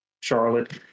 Charlotte